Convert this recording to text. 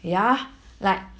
ya like